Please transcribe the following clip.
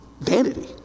vanity